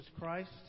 Christ